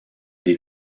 des